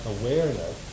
awareness